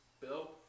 bill